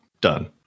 Done